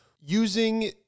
using